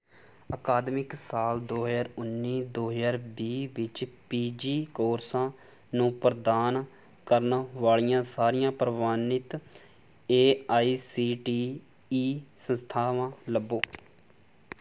ਅਕਾਦਮਿਕ ਸਾਲ ਦੋ ਹਜ਼ਾਰ ਉੱਨੀ ਦੋ ਹਜ਼ਾਰ ਵੀਹ ਵਿੱਚ ਪੀ ਜੀ ਕੋਰਸਾਂ ਨੂੰ ਪ੍ਰਦਾਨ ਕਰਨ ਵਾਲੀਆਂ ਸਾਰੀਆਂ ਪ੍ਰਵਾਨਿਤ A I C T E ਸੰਸਥਾਵਾਂ ਲੱਭੋ